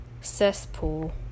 cesspool